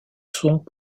sont